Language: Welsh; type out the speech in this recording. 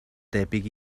debyg